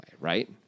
right